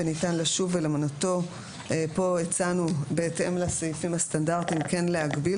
וניתן לשוב ולמנותו - פה הצענו בהתאם לסעיפים הסטנדרטים כן להגביל,